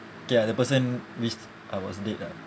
okay ya the person wish I was dead ah